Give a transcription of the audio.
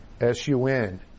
S-U-N